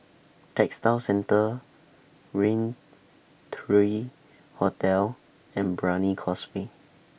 Textile Centre Rain three Hotel and Brani Causeway